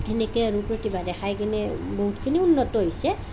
সেনেকৈ আৰু প্ৰতিভা দেখাই কিনে বহুতখিনি উন্নত হৈছে